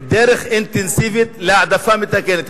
דרך אינטנסיבית להעדפה מתקנת.